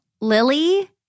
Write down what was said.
Lily